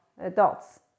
adults